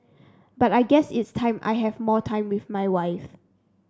but I guess it's time I have more time with my wife